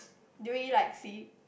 do we like see